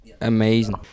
amazing